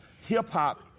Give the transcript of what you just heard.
hip-hop